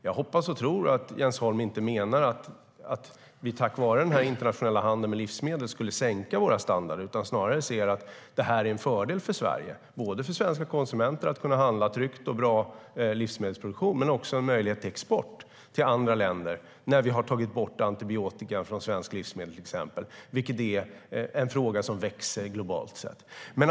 Jag hoppas och tror att Jens Holm inte menar att vi tack vare den internationella handeln med livsmedel skulle sänka våra standarder, utan att han snarare ser att det är en fördel för Sverige och svenska konsumenter att kunna handla livsmedel som producerats tryggt och bra men att det också är en möjlighet till export till andra länder när vi har tagit bort antibiotika från svenskt livsmedel, till exempel, vilket är en fråga som växer globalt sett.